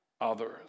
others